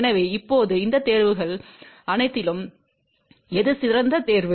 எனவே இப்போது இந்த தேர்வுகள் அனைத்திலும் எது சிறந்த தேர்வு